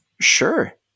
Sure